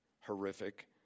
horrific